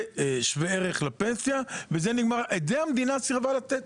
זה שווה ערך לפנסיה, ואת זה המדינה סירבה לתת.